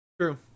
True